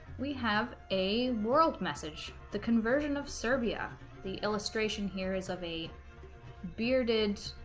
we have a world message the conversion of serbia the illustration here is of a bearded